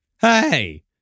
Hey